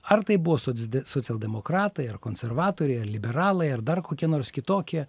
ar tai buvo socde socialdemokratai ar konservatoriai ar liberalai ar dar kokie nors kitokie